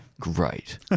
Great